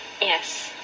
yes